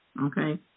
Okay